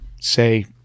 say